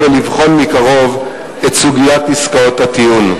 ולבחון מקרוב את סוגיית עסקאות הטיעון,